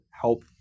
help